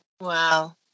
wow